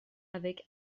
avec